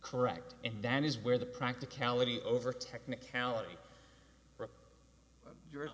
correct and that is where the practicality over technicality you